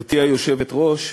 גברתי היושבת-ראש,